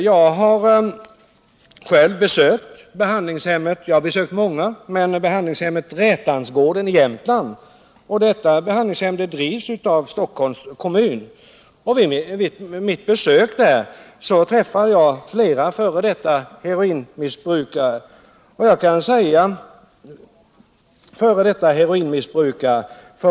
Jag har bland många behandlingshem besökt Rätansgården i Jämtland, som drivs av Stockholms kommun. Vid mitt besök där träffade jag flera f: d. heroinmissbrukare.